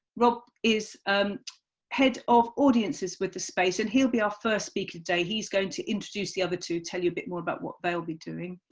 rob is head of audiences with the space and he will be our first speaker today. he's going to introduce the other two and tell you a bit more about what they will be doing,